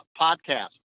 Podcast